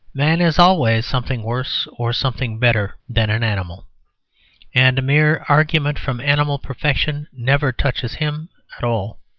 man is always something worse or something better than an animal and a mere argument from animal perfection never touches him at all.